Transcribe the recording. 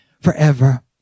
forever